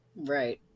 Right